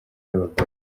y’abagore